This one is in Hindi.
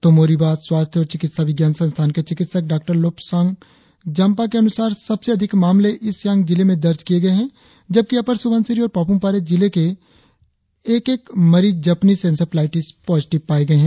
तोमो रिबा स्वास्थ्य और चिकित्सा विज्ञान संस्थान के चिकित्सक डॉ लोबसांग जाम्पा के अनुसार सबसे अधिक पांच मामले ईस्ट सियांग जिले में दर्ज किए गए है जबकि अपर सुबनसिरी और पापुम पारे जिले के एक एक मरीज जपनिस एन्सेफ्लाईटिस पॉजीटिव पाए गए हैं